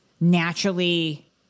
naturally